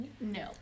No